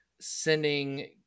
sending